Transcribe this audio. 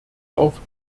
auch